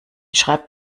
schreibt